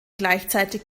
gleichzeitig